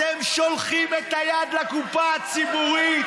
אתם שולחים את היד לקופה הציבורית.